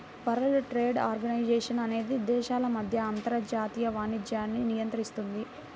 world trade organisation అనేది దేశాల మధ్య అంతర్జాతీయ వాణిజ్యాన్ని నియంత్రిస్తుంది